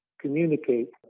communicate